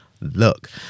look